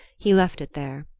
he left it there.